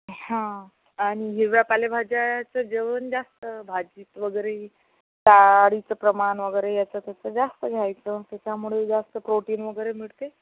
आणि हिरव्या पालेभाज्याचं जेवण जास्त भाजीत वगैरे डाळीचं प्रमाण वगैरे याचं त्याचं जास्त घ्यायचं त्याच्यामुळे जास्त प्रोटीन वगैरे मिळते